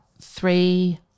three